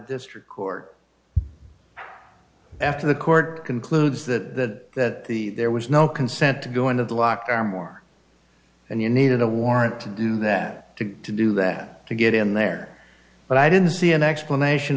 district court after the court concludes that the there was no consent to go into the lock are more and you needed a warrant to do that to to do that to get in there but i didn't see an explanation